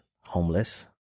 homeless